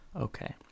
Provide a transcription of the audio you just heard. okay